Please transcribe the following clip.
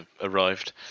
arrived